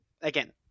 again